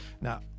Now